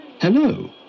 Hello